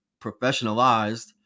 professionalized